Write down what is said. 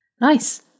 Nice